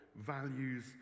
values